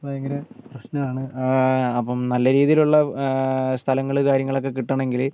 അപ്പോൾ ഇങ്ങനെ പ്രശ്നമാണ് അപ്പം നല്ല രീതിയിൽ ഉള്ള സ്ഥലങ്ങൾ കാര്യങ്ങൾ ഒക്കെ കിട്ടണമെങ്കിൽ